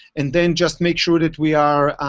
and then just make sure that we are